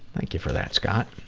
thank you for that, scott.